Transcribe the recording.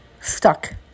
stuck